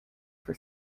for